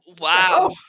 Wow